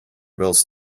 bills